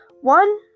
One